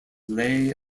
lay